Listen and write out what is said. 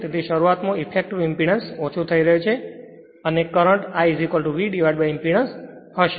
તેથી શરૂઆતમાં effective impedance ઓછો થઈ રહ્યો છે અને કરંટ V ઇંપેડન્સ હશે